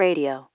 Radio